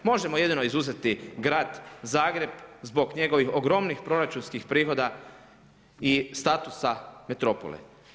Možemo jedino izuzeti grad Zagreb zbog njegovih ogromnih proračunskih prihoda i statusa metropole.